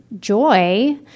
joy